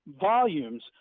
volumes